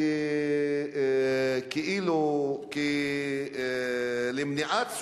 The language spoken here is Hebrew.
חברי חברי הכנסת,